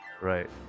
right